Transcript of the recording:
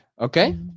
Okay